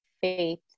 faith